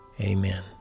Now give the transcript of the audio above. Amen